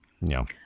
No